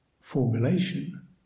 formulation